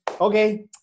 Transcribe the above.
Okay